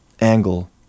angle